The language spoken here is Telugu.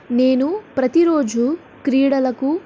నేను ప్రతిరోజు క్రీడలకు